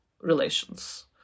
relations